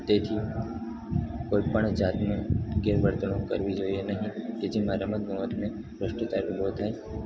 તેથી કોઈપણ જાતની ગેરવર્તણૂક કરવી જોઈએ નહીં કે જેમાં રમતગમતને ભ્રષ્ટાચાર ઊભો થાય